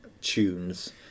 tunes